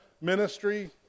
ministry